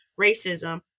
racism